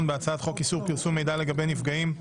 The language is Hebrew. בהצעת חוק איסור פרסום מידע לגבי נפגעים,